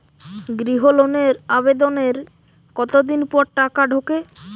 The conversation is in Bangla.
গৃহ লোনের আবেদনের কতদিন পর টাকা ঢোকে?